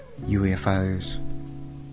UFOs